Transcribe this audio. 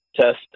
test